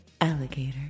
alligator